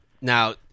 Now